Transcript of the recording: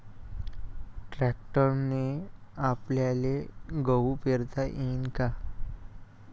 ट्रॅक्टरने आपल्याले गहू पेरता येईन का?